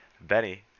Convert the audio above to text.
Benny